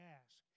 ask